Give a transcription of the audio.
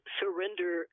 surrender